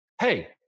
hey